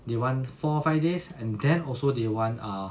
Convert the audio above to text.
they want four five days and then also they want err